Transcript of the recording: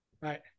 Right